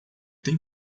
tem